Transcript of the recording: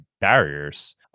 barriers